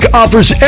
offers